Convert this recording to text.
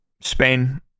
Spain